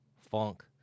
funk